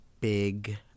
big